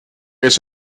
eerst